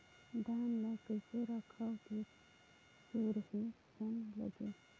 धान ल कइसे रखव कि सुरही झन लगे?